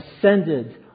ascended